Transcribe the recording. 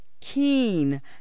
keen